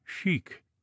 chic